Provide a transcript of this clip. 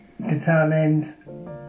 determined